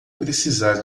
precisar